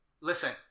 Listen